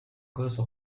cause